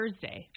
Thursday